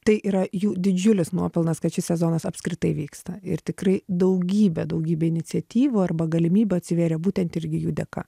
tai yra jų didžiulis nuopelnas kad šis sezonas apskritai vyksta ir tikrai daugybė daugybė iniciatyvų arba galimybių atsivėrė būtent irgi jų dėka